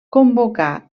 convocà